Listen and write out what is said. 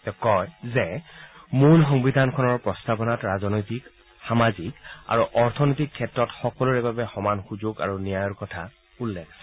তেওঁ কয় যে মূল সংবিধানখনৰ প্ৰস্তাৱনাত ৰাজনৈতিক সামাজিক আৰু অৰ্থনৈতিক ক্ষেত্ৰত সকলোৰে বাবে সমান সুযোগ আৰু ন্যায়ৰ কথা উল্লেখ আছে